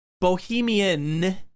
bohemian